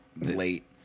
late